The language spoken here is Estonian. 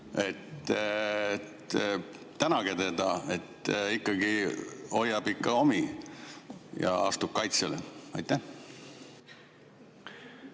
Tänage teda – ikkagi hoiab omi ja astub kaitsele. Aitäh!